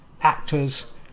actors